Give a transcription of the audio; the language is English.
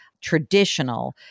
traditional